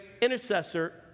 intercessor